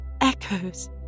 echoes